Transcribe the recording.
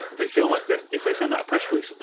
they feel like that if they send out a press release,